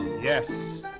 Yes